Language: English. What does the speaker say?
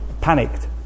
panicked